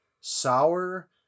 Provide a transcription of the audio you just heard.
sour